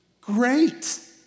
Great